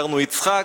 הכרנו יצחק,